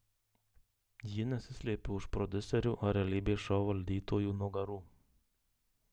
ji nesislėpė už prodiuserių ar realybės šou valdytojų nugarų